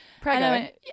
Pregnant